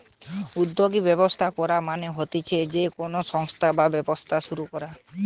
উদ্যোগী ব্যবস্থা করা মানে হতিছে যে কোনো সংস্থা বা ব্যবসা শুরু করা